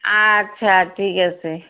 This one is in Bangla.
আচ্ছা ঠিক আছে